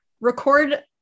record